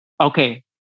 Okay